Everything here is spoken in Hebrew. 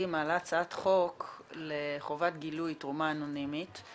מעלה הצעת חוק לחובת גילוי תרומה אנונימית,